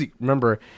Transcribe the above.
remember